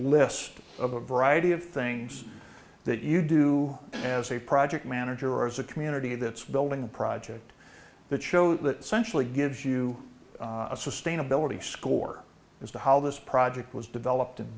list of a variety of things that you do as a project manager or as a community that's building a project that show that sensually gives you a sustainability score as to how this project was developed